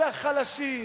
זה החלשים,